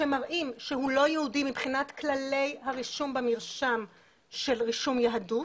שמראים שהוא לא יהודי מבחינת כללי הרישום במרשם של רישום יהדות